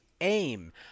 aim –